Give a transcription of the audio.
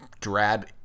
drab